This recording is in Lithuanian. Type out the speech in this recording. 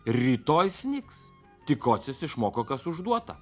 rytoj snigs tikocis išmoko kas užduota